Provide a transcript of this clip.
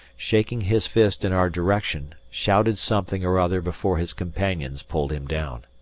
shaking his fist in our direction, shouted something or other before his companions pulled him down.